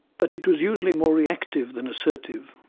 but it was usually more reactive than assertive,